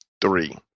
Three